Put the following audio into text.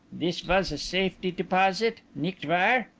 this was a safety deposit, nicht wahr?